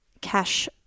cash